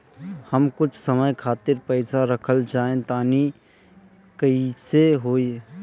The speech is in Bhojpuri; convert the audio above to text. हम कुछ समय खातिर पईसा रखल चाह तानि कइसे होई?